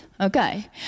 Okay